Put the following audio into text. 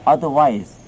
Otherwise